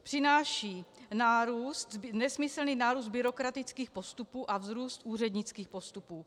Přináší nárůst, nesmyslný nárůst byrokratických postupů a vzrůst úřednických postupů.